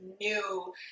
new